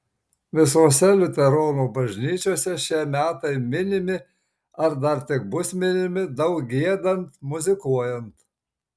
visose liuteronų bažnyčiose šie metai minimi ar dar tik bus minimi daug giedant muzikuojant